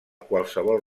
qualsevol